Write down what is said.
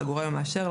לגורם המאשר,